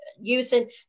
using